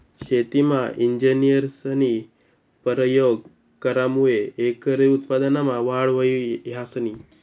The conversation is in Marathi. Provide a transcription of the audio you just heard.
शेतीमा इंजिनियरस्नी परयोग करामुये एकरी उत्पन्नमा वाढ व्हयी ह्रायनी